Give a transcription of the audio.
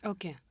Okay